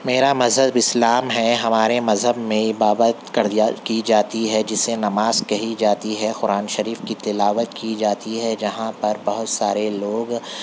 میرا مذہب اسلام ہے ہمارے مذہب میں عبادت کر لیا کی جاتی ہے جسے نماز کہی جاتی ہے قرآن شریف کی تلاوت کی جاتی ہے جہاں پر بہت سارے لوگ